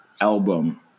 album